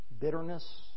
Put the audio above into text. bitterness